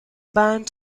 band